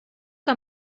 que